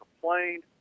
complained